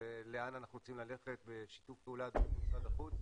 ולאן אנחנו רוצים ללכת בשיתוף פעולה עם משרד החוץ.